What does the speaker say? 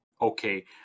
okay